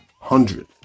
hundred